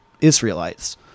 Israelites